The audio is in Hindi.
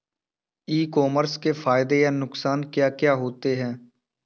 ई कॉमर्स के फायदे या नुकसान क्या क्या हैं?